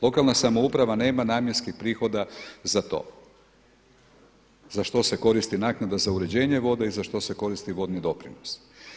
Lokalna samouprava nema namjenskih prihoda za to za što se koristi naknada za uređenje vode i za što se koristi vodni doprinos.